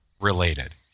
related